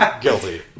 Guilty